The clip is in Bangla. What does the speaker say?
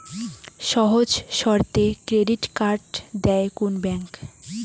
সহজ শর্তে ক্রেডিট কার্ড দেয় কোন ব্যাংক?